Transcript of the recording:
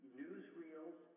newsreels